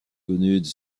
connues